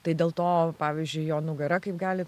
tai dėl to pavyzdžiui jo nugara kaip galit